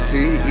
See